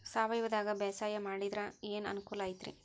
ಸಾವಯವದಾಗಾ ಬ್ಯಾಸಾಯಾ ಮಾಡಿದ್ರ ಏನ್ ಅನುಕೂಲ ಐತ್ರೇ?